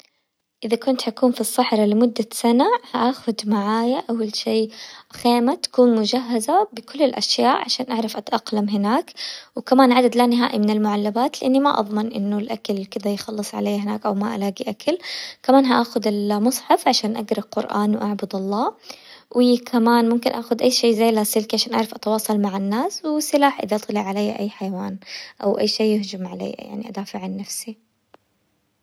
اذا كنت حكون في الصحراء لمدة سنة حاخذ معايا اول شي خيمة تكون مجهزة بكل الاشياء عشان اعرف اتأقلم هناك، وكمان عدد لا نهائي من المعلبات لاني ما اضمن انه الاكل كذا يخلص علي هناك او ما الاقي اكل، كمان حاخد المصحف عشان اقرى القرآن واعبد الله، وكمان ممكن اخد اي شي زي لاسلكي عشان اعرف اتواصل مع الناس، وسلاح اذا طلع علي اي حيوان او اي شي يهجم علي يعني ادافع عن نفسي.